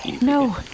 No